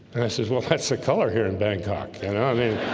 says, well, that's the colour here in bangkok and i mean